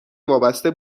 وابسته